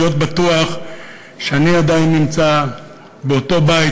להיות בטוח שאני עדיין נמצא באותו בית